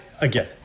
again